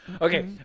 Okay